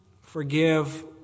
forgive